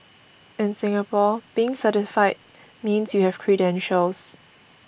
in Singapore being certified means you have credentials